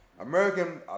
American